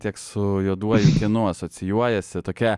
tiek su juoduoju kinu asocijuojasi tokia